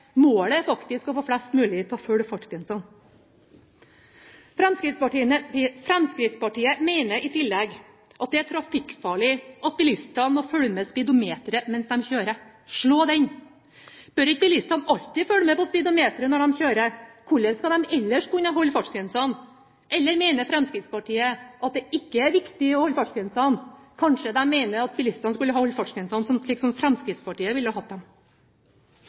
Målet er faktisk å få flest mulig til å holde fartsgrensene. Fremskrittspartiet mener i tillegg at det er trafikkfarlig at bilistene må følge med på speedometeret mens de kjører. Slå den! Bør ikke bilistene alltid følge med på speedometeret når de kjører? Hvordan skal de ellers kunne holde fartsgrensene? Eller mener Fremskrittspartiet at det ikke er viktig å holde fartsgrensene? Kanskje de mener at bilistene skulle holde fartsgrensene, slik som Fremskrittspartiet ville hatt dem?